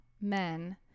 men